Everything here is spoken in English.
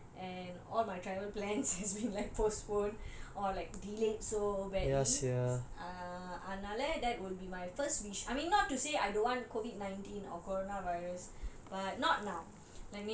and all my travel plans has been like postponed or like delayed so badly err அதனால:adhanaala that will be my first wish I mean not to say I don't want COVID nineteen or coronavirus but not now